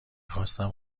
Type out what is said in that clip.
خواستم